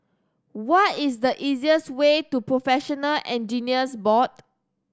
what is the easiest way to Professional Engineers Board